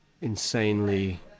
insanely